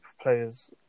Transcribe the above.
players